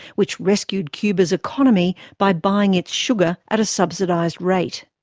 which rescued cuba's economy by buying its sugar at a subsidised rate.